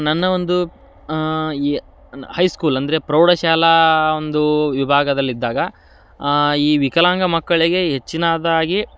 ನನ್ನ ಒಂದು ಈ ಹೈ ಸ್ಕೂಲ್ ಅಂದರೆ ಪ್ರೌಢಶಾಲಾ ಒಂದು ವಿಭಾಗದಲ್ಲಿದ್ದಾಗ ಈ ವಿಕಲಾಂಗ ಮಕ್ಕಳಿಗೆ ಹೆಚ್ಚಿನದಾಗಿ